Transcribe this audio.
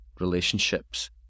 relationships